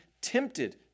tempted